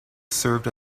served